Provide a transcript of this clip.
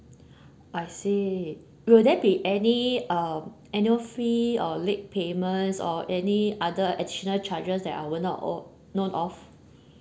I see will there be any uh annual fee uh late payments or any other additional charges that I will not o~ note of